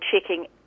checking